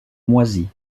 moisi